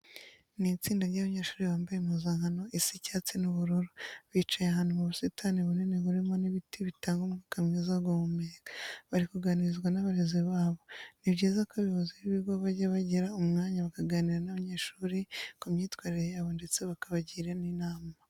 Ni itsinda ry'abanyeshuri bambaye impuzankano isa icyatsi n'ubururu. Bicaye ahantu mu busitani bunini burimo n'ibiti bitanga umwuka mwiza wo guhumeka, bari kuganirizwa n'abarezi babo. Ni byiza ko abayobozi b'ibigo bajya bagira umwanya bakaganira n'abanyeshuri ku myitwarire yabo ndetse bakabagira n'inama.